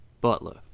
Butler